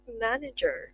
manager